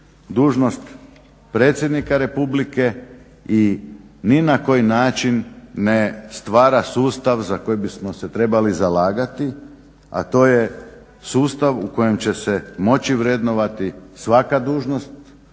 dužnost predsjednika Republike i ni na koji način ne stvara sustav za koji bismo se trebali zalagati, a to je sustav u kojem će se moći vrednovati svaka dužnost